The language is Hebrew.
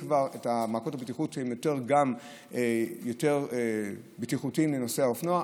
מעקות הבטיחות החדשים הם יותר בטיחותיים לרוכבי האופנוע.